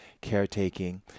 caretaking